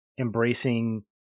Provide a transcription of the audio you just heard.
embracing